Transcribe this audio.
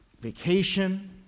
vacation